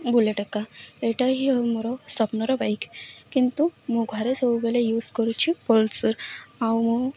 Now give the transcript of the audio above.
bullet ଏକା ଏଇଟା ହିଉ ମୋର ସ୍ଵପ୍ନର ବାଇକ୍ କିନ୍ତୁ ମୁଁ ଘରେ ସବୁବେଳେ ୟୁଜ୍ କରୁଛି ପଲ୍ସର୍ ଆଉ ମୁଁ